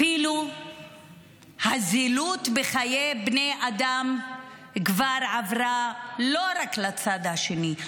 אפילו הזילות בחיי בני אדם כבר עברה לא רק לצד השני,